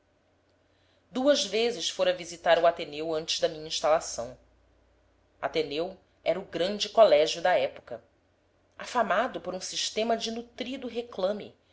duas vezes fora visitar o ateneu antes da minha instalação ateneu era o grande colégio da época afamado por um sistema de nutrido reclame